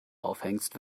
aufhängst